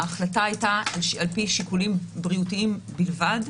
ההחלטה הייתה על פי שיקולים בריאותיים בלבד.